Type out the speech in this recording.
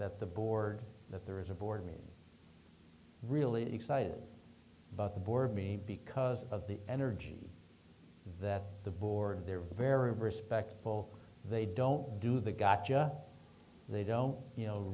that the board that there is a board me really excited about the board me because of the energy that the board they're very respectful they don't do the got judge they don't you know